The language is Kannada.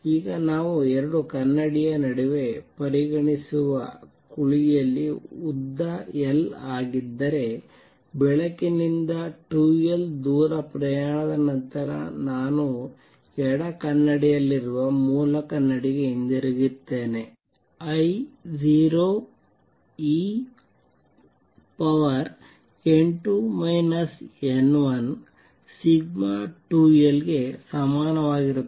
ಈಗ ನಾವು ಎರಡು ಕನ್ನಡಿಯ ನಡುವೆ ಪರಿಗಣಿಸುವ ಕುಳಿಯಲ್ಲಿ ಉದ್ದ l ಆಗಿದ್ದರೆ ಬೆಳಕಿನಿಂದ 2 l ದೂರ ಪ್ರಯಾಣದ ನಂತರ ನಾನು ಎಡ ಕನ್ನಡಿಯಲ್ಲಿರುವ ಮೂಲ ಕನ್ನಡಿಗೆ ಹಿಂತಿರುಗುತ್ತೇನೆ I0en2 n12l ಗೆ ಸಮಾನವಾಗಿರುತ್ತದೆ